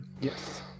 Yes